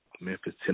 Memphis